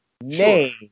name